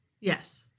Yes